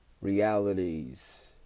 realities